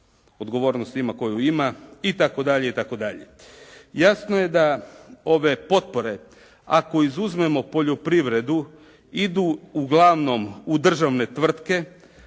Odgovornost ima koju ima itd., itd. Jasno je da ove potpore, ako izuzmemo poljoprivredu, idu uglavnom u državne tvrtke,